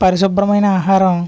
పరిశుభ్రమైన ఆహారం